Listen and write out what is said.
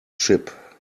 ship